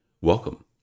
welcome